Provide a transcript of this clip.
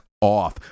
off